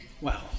Wow